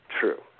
True